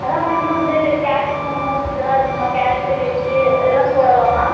அதாம்மா இன்னும் வந்து கேரட் மோமோஸ் இதெல்லாம் இருக்கும்மா கேரட் வெஜ் இதெல்லாம் போடவாம்மா